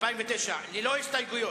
סעיף 09,